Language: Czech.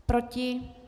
Proti?